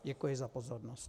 Děkuji za pozornost.